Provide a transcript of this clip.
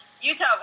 Utah